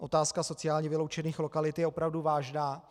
Otázka sociálně vyloučených lokalit je opravdu vážná.